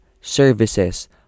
services